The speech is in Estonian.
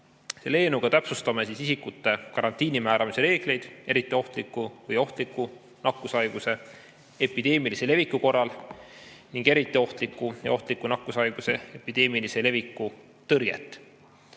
eelnõuga täpsustame isikute karantiini määramise reegleid eriti ohtliku või ohtliku nakkushaiguse epideemilise leviku korral ning eriti ohtliku ja ohtliku nakkushaiguse epideemilise leviku tõrjet.